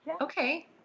Okay